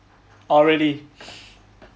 oh really